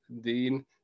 deen